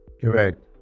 Correct